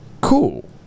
cool